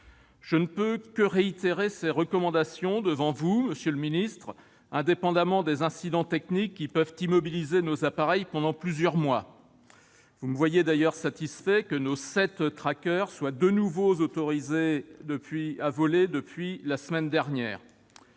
Je ne puis que réitérer ces recommandations devant vous, monsieur le ministre, indépendamment des incidents techniques qui peuvent immobiliser nos appareils pendant plusieurs mois. Vous me voyez d'ailleurs satisfait que nos sept Tracker soient de nouveau autorisés à voler depuis la semaine dernière.